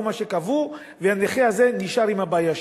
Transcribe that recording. מה שקבעו והנכה הזה נשאר עם הבעיה שלו.